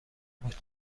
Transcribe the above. بود